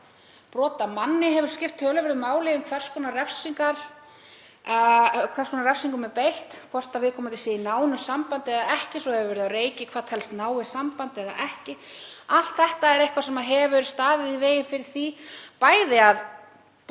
brotamanni hefur skipt töluverðu máli um það hvers konar refsingum er beitt, hvort viðkomandi séu í nánu sambandi eða ekki, og svo hefur verið á reiki hvað telst náið samband eða ekki. Allt þetta er eitthvað sem hefur staðið í vegi fyrir því að brotamenn